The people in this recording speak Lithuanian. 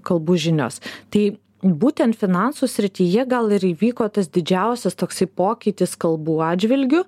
kalbų žinios tai būtent finansų srityje gal ir įvyko tas didžiausias toksai pokytis kalbų atžvilgiu